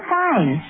fine